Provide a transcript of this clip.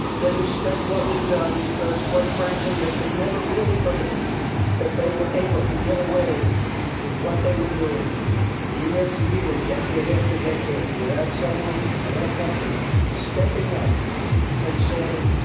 they respect what we've done because, quite frankly, they could never really believe that they were able to get away with what they were doing year after year, decade after decade, without someone in our country stepping up and saying,